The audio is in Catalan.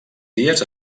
dies